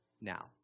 Now